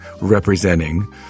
representing